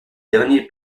dernier